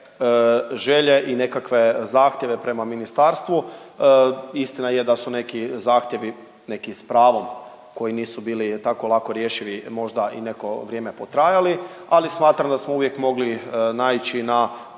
želje i nekakve zahtjeve prema ministarstvu. Istina je da su neki zahtjevi, neki s pravom koji nisu bili tako lako rješivi možda i neko vrijeme potrajali, ali smatram da smo uvijek mogli naići na